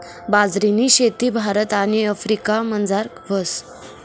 बाजरीनी शेती भारत आणि आफ्रिकामझार व्हस